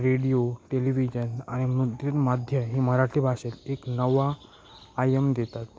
radio television आणि मुद्रित माध्यम हे मराठी भाषेत एक नवा आयाम देतात